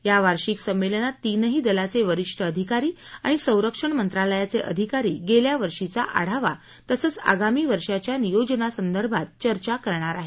या वार्षिक संमेलनात तीनही दलाचे वरिष्ठ अधिकारी आणि संरक्षण मत्रालयाचे अधिकारी गेल्या वर्षीचा आढावा तसंच आगामी वर्षाच्या नियोजनासंबंधात चर्चा करणार आहेत